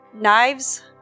knives